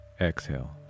exhale